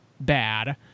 bad